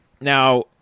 Now